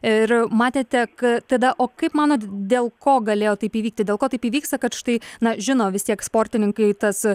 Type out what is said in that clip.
ir matėte k tada o kaip manot dėl ko galėjo taip įvykti dėl ko taip įvyksta kad štai na žino vis tiek sportininkai tas